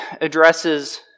addresses